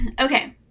Okay